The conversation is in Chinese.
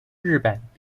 日本